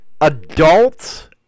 adults